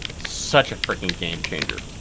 such a frickin' game changer.